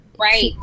right